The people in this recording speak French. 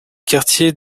quartier